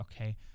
okay